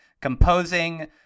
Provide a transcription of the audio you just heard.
composing